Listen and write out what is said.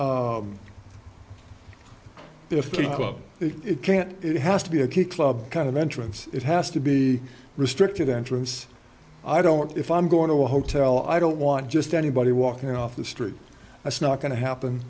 pub it can't it has to be a key club kind of entrance it has to be restricted entrance i don't if i'm going to a hotel i don't want just anybody walking off the street as not going to happen